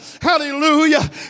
hallelujah